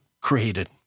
created